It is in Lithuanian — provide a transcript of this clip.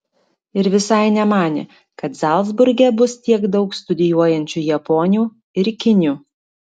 ir visai nemanė kad zalcburge bus tiek daug studijuojančių japonių ir kinių